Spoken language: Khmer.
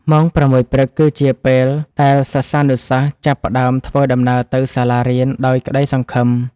ម៉ោង៦ព្រឹកគឺជាពេលដែលសិស្សានុសិស្សចាប់ផ្តើមធ្វើដំណើរទៅសាលារៀនដោយក្តីសង្ឃឹម។